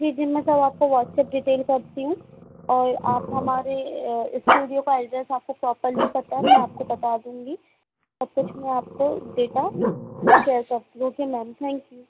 जी जी मैं सब आपको वाट्सअप डिटेल करती हूँ और आप हमारे इस्टूडियो का एड्रेस आपको प्रॉपर्ली पता है मैं आपको बता दूँगी और कुछ मैं आपको डेटा भी शेयर करती हूँ ओके मैम थैंक यू